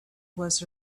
was